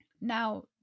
Now